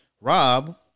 Rob